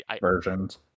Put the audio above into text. versions